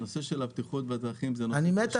נושא הבטיחות בדרכים הוא נושא תשתיות --- כל